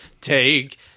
Take